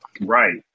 Right